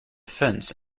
fence